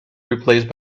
replaced